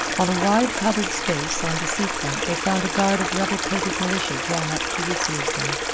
on a wide cobbled space on the sea front they found a guard of red-coated militia drawn up to receive them,